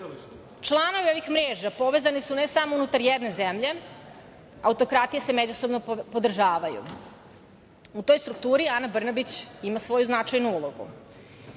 ovih mreža povezani su ne samo unutar jedne zemlje, autokratije se međusobno podržavaju, u toj strukturi Ana Brnabić ima svoju značajnu ulogu.2/1